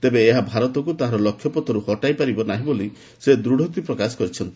ତେବେ ଏହା ଭାରତକୁ ତାହାର ଲକ୍ଷ୍ୟପଥରୁ ହଟାଇ ପାରିବ ନାହିଁ ବୋଲି ସେ ଦୂଢୋକ୍ତି ପ୍ରକାଶ କରିଛନ୍ତି